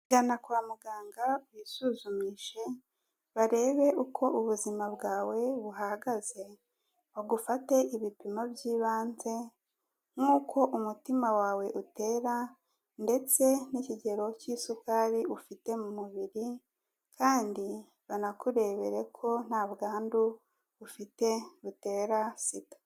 Gana kwa muganga wisuzumishe barebe uko ubuzima bwawe buhagaze, bagufate ibipimo by'ibanze nk'uko umutima wawe utera ndetse n'ikigero cy'isukari ufite mu mubiri kandi banakurebere ko nta bwandu ufite butera SIDA.